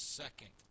second